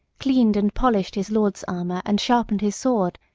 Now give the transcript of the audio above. cleaned and polished his lord's armour and sharpened his sword,